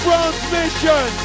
Transmission